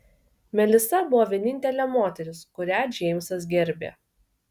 melisa buvo vienintelė moteris kurią džeimsas gerbė